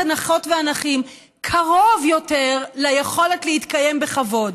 הנכות והנכים קרוב יותר ליכולת להתקיים בכבוד,